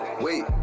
Wait